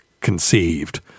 conceived